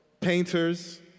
painters